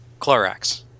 Clorox